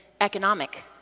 economic